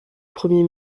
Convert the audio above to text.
premier